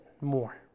more